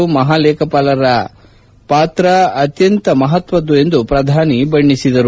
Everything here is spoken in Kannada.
ಉಪಮಹಾಲೇಖಪಾಲರ ಪಾತ್ರ ಅತ್ಯಂತ ಮಹತ್ವದ್ದು ಎಂದು ಪ್ರಧಾನಿ ತಿಳಿಸಿದರು